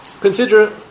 consider